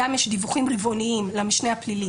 ויש דיווחים רבעוניים למשנה הפלילי